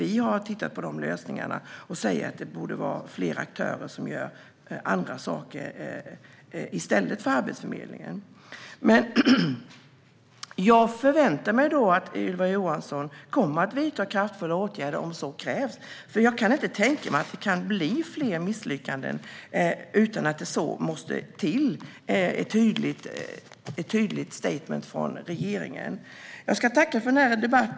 Vi har tittat på lösningarna och sagt att det borde vara fler aktörer som gör vissa saker i stället för Arbetsförmedlingen. Jag förväntar mig att Ylva Johansson kommer att vidta kraftfulla åtgärder om så krävs, eftersom jag inte kan tänka mig att det kan bli fler misslyckanden utan att det måste till ett tydligt statement från regeringen. Jag tackar för denna debatt.